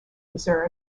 reserve